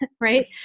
right